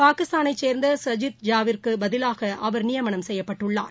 பாகிஸ்தானைச் சேர்ந்த சஜித் ஜாவித் திற்குப் பதிலாக அவர் நியமனம் செய்யப்பட்டுள்ளார்